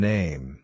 Name